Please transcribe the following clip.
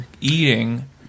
eating